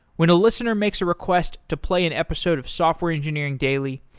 when a listener makes a request to play an episode of software engineering daily,